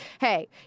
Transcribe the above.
hey